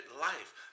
life